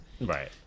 Right